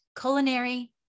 Culinary